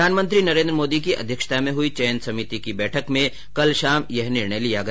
प्रधानमंत्री नरेन्द्र मोदी की अध्यक्षता में हुई चयन समिति की बैठक में कल शाम यह निर्णय लिया गया